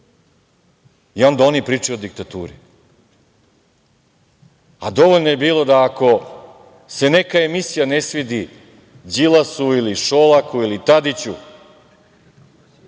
I onda oni pričaju o diktaturi. A dovoljno je bilo da ako se neka emisija ne svidi Đilasu ili Šolaku ili Tadiću,